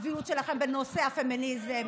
לצביעות שלכם בנושא הפמיניזם,